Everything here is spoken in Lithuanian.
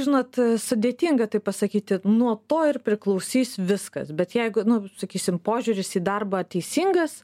žinot sudėtinga tai pasakyti nuo to ir priklausys viskas bet jeigu nu sakysim požiūris į darbą teisingas